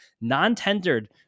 non-tendered